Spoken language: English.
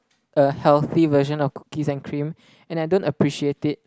a healthy version of cookies and cream and I don't appreciate it